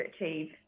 achieve